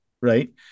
Right